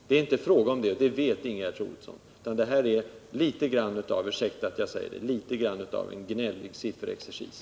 Det är inte fråga om någonting sådant, och det vet Ingegerd Troedsson, utan det här är — ursäkta att jag säger det — en litet gnällig sifferexercis.